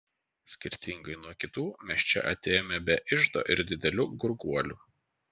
skirtingai nuo kitų mes čia atėjome be iždo ir didelių gurguolių